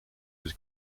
was